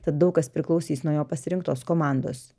tad daug kas priklausys nuo jo pasirinktos komandos